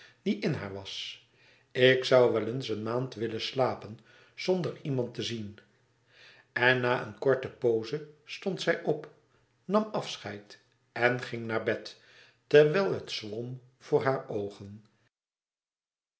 die in haar was ik zoû wel eens een maand willen slapen zonder iemand te zien en na een korte pooze stond zij op nam afscheid en ging naar bed terwijl het zwom voor hare oogen